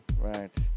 Right